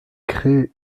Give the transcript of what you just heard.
crée